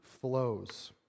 flows